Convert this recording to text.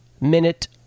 minute